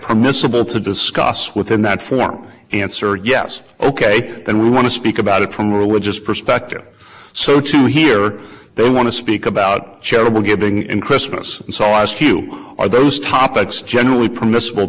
permissible to discuss within that form answer yes ok and we want to speak about it from a religious perspective so to hear they want to speak about charitable giving and christmas and so i ask you are those topics generally permissible